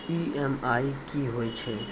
EMI कि होय छै?